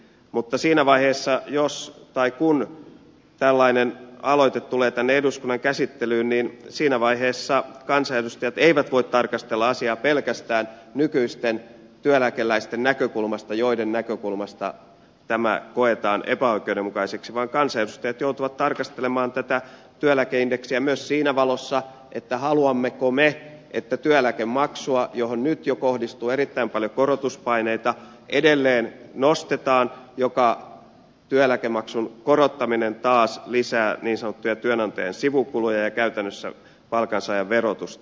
mutta siinä vaiheessa kun tällainen aloite tulee tänne eduskunnan käsittelyyn kansanedustajat eivät voi tarkastella asiaa pelkästään nykyisten työeläkeläisten näkökulmasta joiden näkökulmasta tämä koetaan epäoikeudenmukaiseksi vaan kansanedustajat joutuvat tarkastelemaan tätä työeläkeindeksiä myös siinä valossa haluammeko me että työeläkemaksua johon nyt jo kohdistuu erittäin paljon korotuspaineita edelleen nostetaan mikä työeläkemaksun korottaminen taas lisää niin sanottuja työnantajan sivukuluja ja käytännössä palkansaajan verotusta